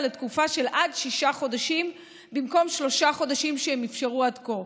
עד לתקופה של שישה חודשים במקום שלושה חודשים שהם אפשרו עד כה.